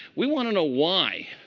we want to know why.